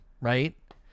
right